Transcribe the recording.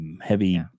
heavy